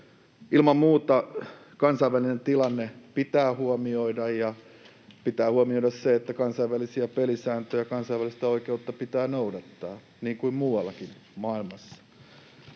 Ilman muuta kansainvälinen tilanne pitää huomioida, ja pitää huomioida se, että kansainvälisiä pelisääntöjä ja kansainvälistä oikeutta pitää noudattaa, niin kuin muuallakin maailmassa.